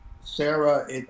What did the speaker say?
Sarah